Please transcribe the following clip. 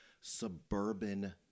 suburban